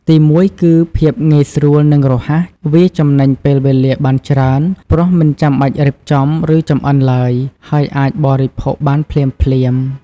ទីមួយ គឺភាពងាយស្រួល និងរហ័ស វាចំណេញពេលវេលាបានច្រើន ព្រោះមិនចាំបាច់រៀបចំ ឬចម្អិនឡើយ ហើយអាចបរិភោគបានភ្លាមៗ។